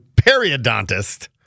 periodontist